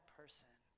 person